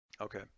okay